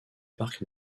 parc